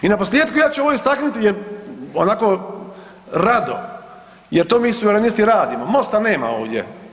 I na posljetku ja ću ovo istaknuti jer onako rado jer to mi Suverenisti radimo, Mosta nema ovdje.